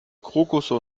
krokusse